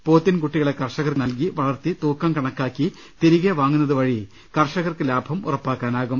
പോത്തിൻ കുട്ടികളെ കർഷകർക്ക് നൽകി വളർത്തി തൂക്കം കണക്കാക്കി തിരികെ വാങ്ങുന്നതുവഴി കർഷകർക്ക് ലാഭം ഉറപ്പാക്കനാകും